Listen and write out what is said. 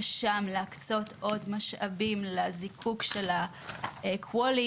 שלהקצות עוד משאבים לזיקוק של ה-QALY